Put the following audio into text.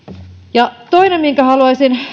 toinen minkä haluaisin